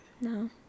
No